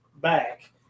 back